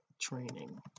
training